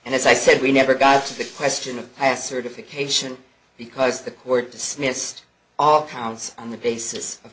and as i said we never got to the question of past certification because the court dismissed all counts on the basis of